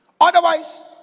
Otherwise